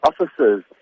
officers